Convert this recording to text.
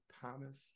Thomas